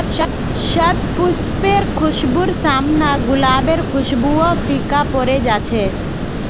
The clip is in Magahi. शतपुष्पेर खुशबूर साम न गुलाबेर खुशबूओ फीका पोरे जा छ